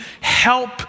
help